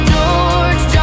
George